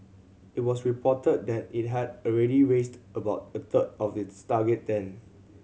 it was reported that it had already raised about a third of its target then